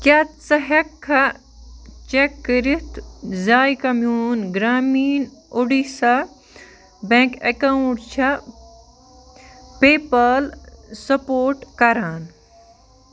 کیٛاہ ژٕ ہٮ۪کٕکھا چیک کٔرِتھ زِایکاہ میٛون گرٛامیٖن اُڈیٖسہ بیٚنٛک اکاوُنٛٹ چھا پےٚ پال سپورٹ کَران